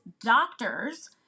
doctors